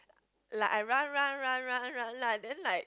like I run run run run run lah then like